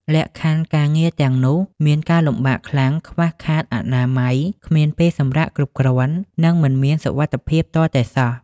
លក្ខខណ្ឌការងារទាំងនោះមានការលំបាកខ្លាំង ខ្វះខាតអនាម័យ គ្មានពេលសម្រាកគ្រប់គ្រាន់ និងមិនមានសុវត្ថិភាពទាល់តែសោះ។